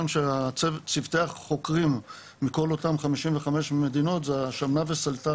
צוותי החוקרים מכל אותן 55 מדינות זה השמנה וסלתה